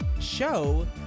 show